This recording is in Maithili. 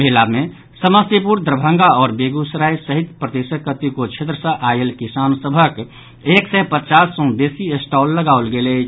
मेला मे समस्तीपुर दरभंगा आओर बेगूसराय सहित प्रदेशक कतेको क्षेत्र सँ आयल किसान सभक एक सय पचास सँ बेसी स्टॉल लगाओल गेल अछि